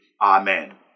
Amen